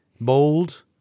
bold